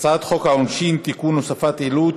הצעת חוק העונשין (תיקון, הוספת עילות